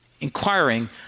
inquiring